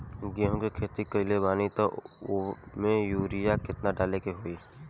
गेहूं के खेती कइले बानी त वो में युरिया केतना डाले के होई?